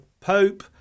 Pope